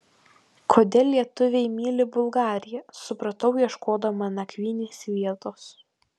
kodėl lietuviai myli bulgariją supratau ieškodama nakvynės vietos